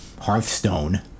Hearthstone